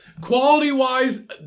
quality-wise